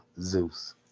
Zeus